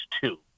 two